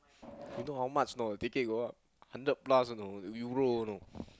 you know how much or not ticket go up hundred plus you know Euro you know